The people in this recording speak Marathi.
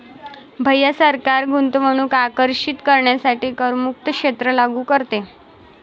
भैया सरकार गुंतवणूक आकर्षित करण्यासाठी करमुक्त क्षेत्र लागू करते